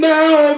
now